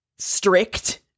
strict